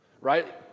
right